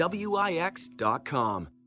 Wix.com